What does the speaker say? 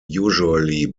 usually